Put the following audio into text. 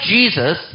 Jesus